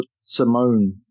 Simone